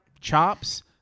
chops